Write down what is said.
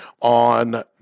on